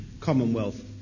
Commonwealth